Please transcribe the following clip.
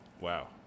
Wow